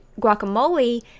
guacamole